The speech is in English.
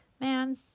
man